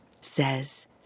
says